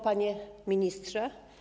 Panie Ministrze!